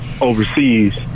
overseas